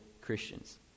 Christians